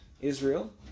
Israel